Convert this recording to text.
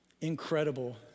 incredible